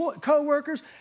co-workers